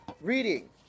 reading